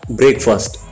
breakfast